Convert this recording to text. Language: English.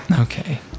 Okay